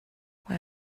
why